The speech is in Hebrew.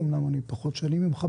אמנם פחות שנים ממך,